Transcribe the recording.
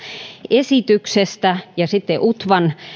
esityksestä ja sitten utvan